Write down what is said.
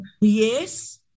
yes